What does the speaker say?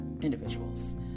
individuals